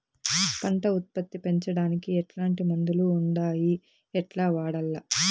పంట ఉత్పత్తి పెంచడానికి ఎట్లాంటి మందులు ఉండాయి ఎట్లా వాడల్ల?